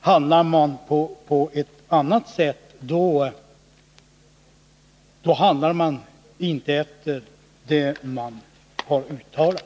Handlar man på ett annat sätt, då handlar man inte efter vad man har uttalat.